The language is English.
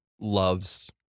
loves